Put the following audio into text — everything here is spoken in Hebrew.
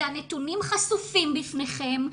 והנתונים חשופים בפניכם,